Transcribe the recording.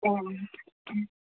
आम् आम्